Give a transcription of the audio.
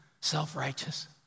self-righteous